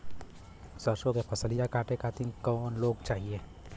सरसो के फसलिया कांटे खातिन क लोग चाहिए?